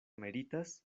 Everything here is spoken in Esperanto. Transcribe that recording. meritas